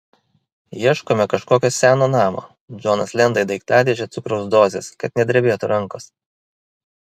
ieškome kažkokio seno namo džonas lenda į daiktadėžę cukraus dozės kad nedrebėtų rankos